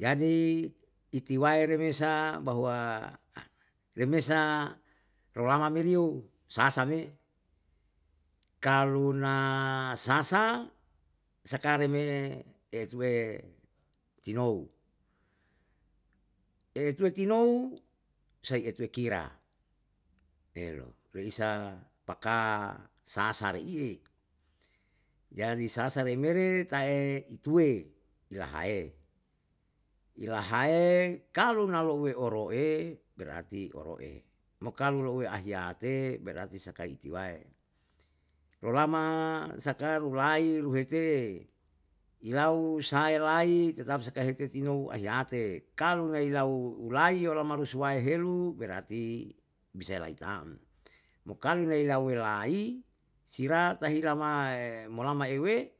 Jadi itiwae me resa bahwa remesa roulama meriyo, sasa me kalu na sasa saka reme etue tinou, etuwe tinou sai etuwe kira, elo. Reisa paka sasa reiye jadi sasa rei mere tae ituwe ilahae, ilahae kalu lauwe na oro'e berarti oro'e, kalu saka ahiyate, berarti saka itiwae, rolama saka rulai ruhete ila sae lai tetap saka hete tinio ahiyate kalu nau ilai yolama rusuwaehelu berarti bisa lai tam, mo kalu nai elawe lai, sira tahilama molama euwe